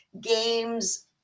games